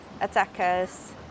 attackers